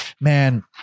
man